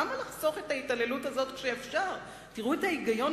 ולמה לחסוך התעללות כשאפשר להתעלל?